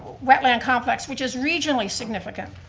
wetland complex, which is regionally significant.